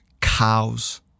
cows